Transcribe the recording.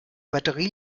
batterie